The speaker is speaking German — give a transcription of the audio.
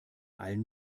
allen